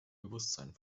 bewusstsein